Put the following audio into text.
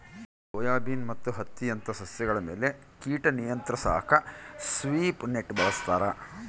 soybean ಮತ್ತು ಹತ್ತಿಯಂತ ಸಸ್ಯಗಳ ಮೇಲೆ ಕೀಟ ನಿಯಂತ್ರಿಸಾಕ ಸ್ವೀಪ್ ನೆಟ್ ಬಳಸ್ತಾರ